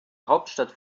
hauptstadt